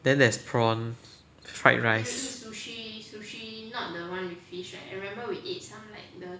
then there's prawn fried rice